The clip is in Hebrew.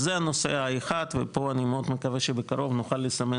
אז זה הנושא הראשון ופה אני מאוד מקווה שבקרוב נוכל לסמן